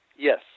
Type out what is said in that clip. Yes